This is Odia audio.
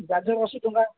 ଗାଜର ଅଶି ଟଙ୍କା